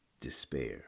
despair